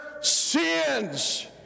sins